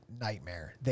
nightmare